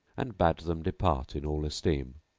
and bade them depart in all esteem.